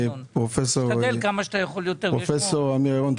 פרופ' אמיר ירון,